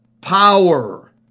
power